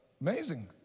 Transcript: Amazing